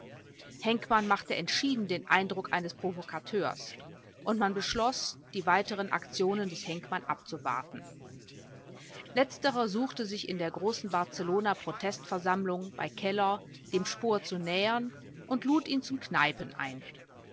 henkmann machte entschieden den eindruck eines provokateurs und man beschloß die weiteren aktionen des henkmann abzuwarten letzterer suchte sich in der großen barcelona protestversammlung bei keller dem spohr zu nähern und lud ihn zum kneipen ein